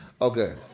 Okay